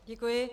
Děkuji.